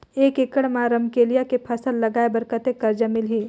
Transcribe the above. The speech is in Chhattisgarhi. एक एकड़ मा रमकेलिया के फसल लगाय बार कतेक कर्जा मिलही?